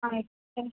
আচ্ছা